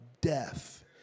death